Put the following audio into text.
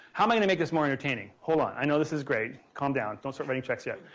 how am i going to make this more entertaining? hold on. i know this is great. calm down. don't start writing checks yet.